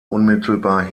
unmittelbar